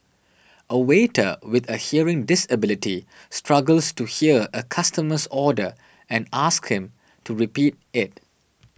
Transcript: a waiter with a hearing disability struggles to hear a customer's order and asks him to repeat it